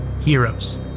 heroes